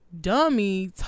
Dummy